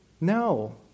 No